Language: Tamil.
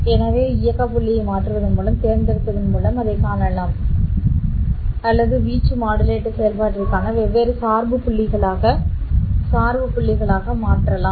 எனவே இயக்க புள்ளியை மாற்றுவதன் மூலம் தேர்ந்தெடுப்பதன் மூலம் அதைக் காணலாம் v¿¿2 v¿¿1 ¿¿வேறுபாடு நான் தேர்வு செய்யலாம் அல்லது வீச்சு மாடுலேட்டர் செயல்பாட்டிற்கான வெவ்வேறு சார்பு புள்ளிகளாக மாற்றலாம்